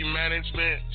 management